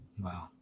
Wow